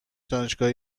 دانشگاهی